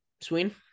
Sween